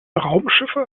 raumschiffe